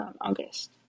August